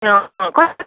कस्तो